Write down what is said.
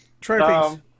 Trophies